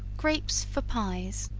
grapes for pies.